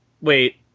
Wait